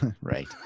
right